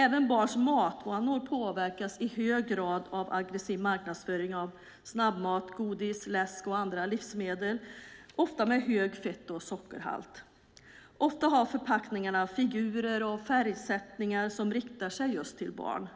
Även barns matvanor påverkas i hög grad av aggressiv marknadsföring av snabbmat, godis, läsk och andra livsmedel, ofta med hög fett och sockerhalt. Ofta har förpackningarna figurer och färgsättningar som riktar sig just till barn.